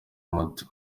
moto